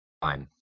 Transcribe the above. Fine